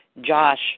Josh